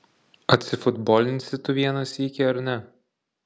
atsifutbolinsi tu vieną sykį ar ne